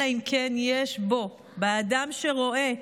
"אלא אם כן יש בו" באדם שרואה,